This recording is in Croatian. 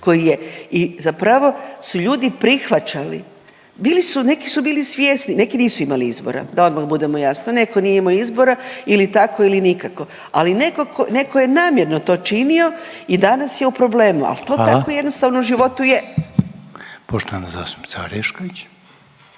koji je i zapravo su ljudi prihvaćali, bili su, neki su bili svjesni neki nisu imali izbora da odmah budem jasna. Netko nije imao izbora ili tako ili nikako, ali neko je namjerno to činio i danas je u problemu … …/Upadica Željko Reiner: Hvala./… … ali